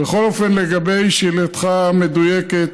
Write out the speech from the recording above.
בכל אופן, לגבי שאלתך המדויקת,